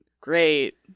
Great